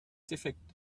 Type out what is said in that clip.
defekt